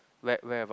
where where about